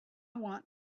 want